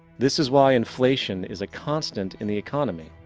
this is why inflation is a constant in the economy,